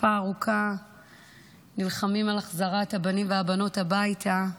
תקופה ארוכה נלחמו על החזרת הבנים והבנות הביתה.